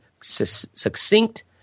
succinct